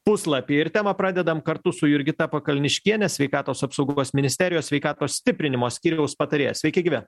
puslapy ir temą pradedam kartu su jurgita pakalniškiene sveikatos apsaugos ministerijos sveikatos stiprinimo skyriaus patarėja sveiki gyvi